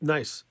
Nice